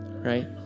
Right